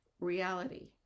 reality